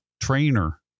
trainer